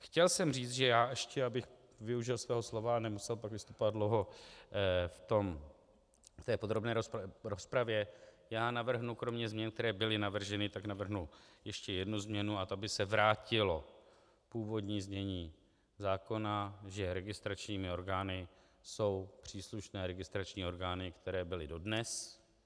Chtěl jsem říct, že já ještě, abych využil svého slova a nemusel pak vystupovat dlouho v podrobné rozpravě, navrhnu kromě změn, které byly navrženy, tak navrhnu ještě jednu změnu, a to by se vrátilo původní znění zákona, že registračními orgány jsou příslušné registrační orgány, které byly dodnes.